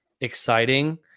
exciting